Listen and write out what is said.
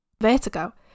Vertigo